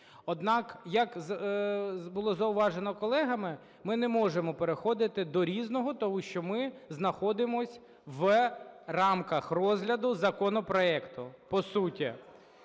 Однак, як було зауважено колегами, ми не можемо переходити до "Різного", тому що ми знаходимося в рамках розгляду законопроекту по суті.